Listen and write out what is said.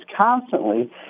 constantly